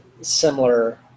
similar